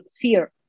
fear